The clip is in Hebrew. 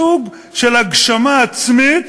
סוג של הגשמה עצמית,